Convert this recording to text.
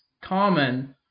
common